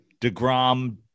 DeGrom